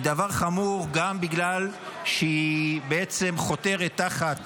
היא דבר חמור גם בגלל שהיא בעצם חותרת תחת